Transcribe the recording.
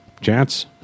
Chance